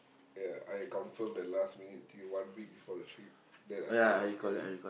ya I confirm the last minute till one week before the trip then I said I was coming